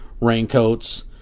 raincoats